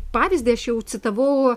pavyzdį aš jau citavau